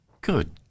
good